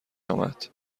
امد